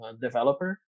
developer